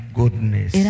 goodness